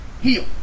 heal